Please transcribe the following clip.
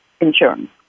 insurance